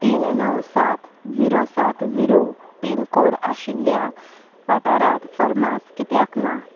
तीन णव सात झिरो सात झिरो पिनकोड आशिल्ल्या वाठारांत फर्मास कित्याक ना